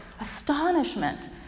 astonishment